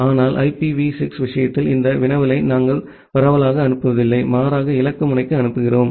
ஆனால் ஐபிவி 6 விஷயத்தில் இந்த வினவலை நாங்கள் பரவலாக அனுப்புவதில்லை மாறாக இலக்கு முனைக்கு அனுப்புகிறோம்